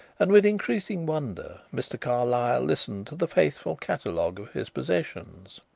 and with increasing wonder mr. carlyle listened to the faithful catalogue of his possessions.